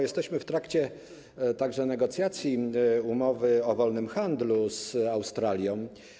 Jesteśmy w trakcie negocjacji umowy o wolnym handlu z Australią.